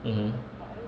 mm